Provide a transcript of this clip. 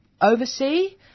oversee